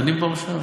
דנים כבר עכשיו,